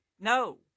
No